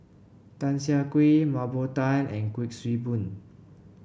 Tan Siah Kwee Mah Bow Tan and Kuik Swee Boon